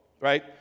right